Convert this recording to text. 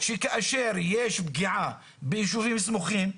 שכאשר יש פגיעה ביישובים סמוכים,